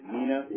Nina